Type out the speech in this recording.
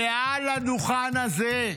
מעל הדוכן הזה.